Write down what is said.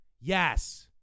Yes